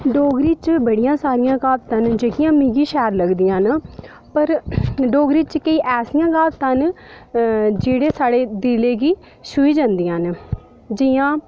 डोगरी च बड़ियां सारियां क्हावतां न जेह्कियां मिगी शैल लगदियां न पर डोगरी च केईं ऐसियां क्हावतां न जेह्ड़ियां साढ़े दिलै गी छूही जंदियां न जि'यां